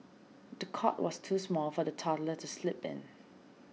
the cot was too small for the toddler to sleep in